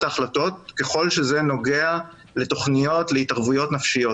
ההחלטות ככל שזה נוגע לתכניות להתערבויות נפשיות.